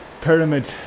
pyramid